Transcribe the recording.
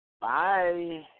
Bye